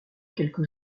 quelques